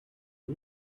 you